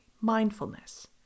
mindfulness